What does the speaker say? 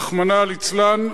רחמנא ליצלן,